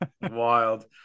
Wild